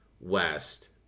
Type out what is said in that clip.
West